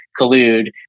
collude